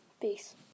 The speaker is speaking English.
Peace